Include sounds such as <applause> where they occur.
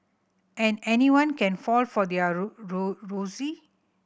and anyone can fall for their <unintelligible> ruse